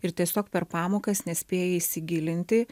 ir tiesiog per pamokas nespėji įsigilinti